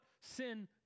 sin